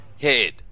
head